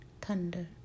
thunder